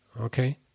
Okay